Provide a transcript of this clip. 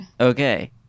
Okay